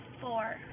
four